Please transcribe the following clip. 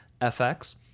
FX